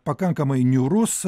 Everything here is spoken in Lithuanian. pakankamai niūrus